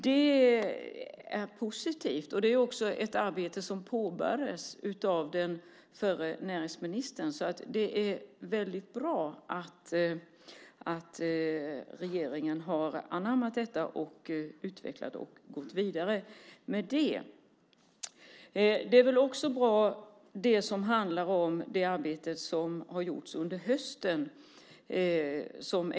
Det är positivt. Det är också ett arbete som påbörjades av den förre näringsministern. Det är väldigt bra att regeringen har anammat detta, utvecklat det och gått vidare med det. Det arbete som har gjorts under hösten är också bra.